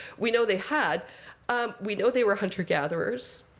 we know they had we know they were hunter-gatherers.